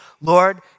Lord